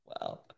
Wow